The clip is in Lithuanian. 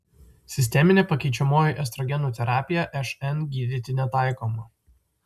sisteminė pakeičiamoji estrogenų terapija šn gydyti netaikoma